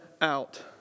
out